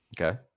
Okay